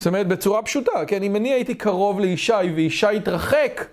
זאת אומרת, בצורה פשוטה, כן, אם אני הייתי קרוב לישי, וישי התרחק.